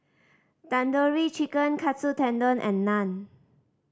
Tandoori Chicken Katsu Tendon and Naan